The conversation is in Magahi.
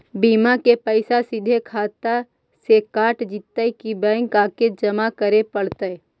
बिमा के पैसा सिधे खाता से कट जितै कि बैंक आके जमा करे पड़तै?